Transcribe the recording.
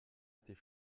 était